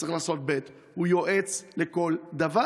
וצריך לעשות ב', הוא יועץ לכל דבר.